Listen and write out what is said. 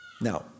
Now